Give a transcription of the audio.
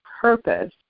purpose